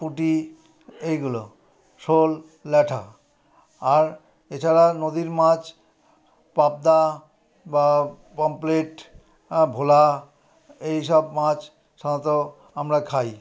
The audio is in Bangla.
পুঁটি এইগুলো শোল ল্যাঠা আর এছাড়া নদীর মাছ পাবদা বা পমফ্রেট ভোলা এইসব মাছ সাধারণত আমরা খাই